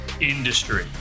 industry